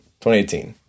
2018